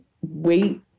wait